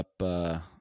up